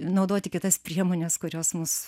naudoti kitas priemones kurios mus